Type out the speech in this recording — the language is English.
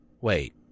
Wait